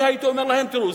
אני הייתי אומר להם: תראו,